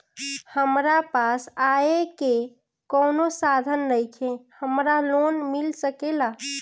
हमरा पास आय के कवनो साधन नईखे हमरा लोन मिल सकेला?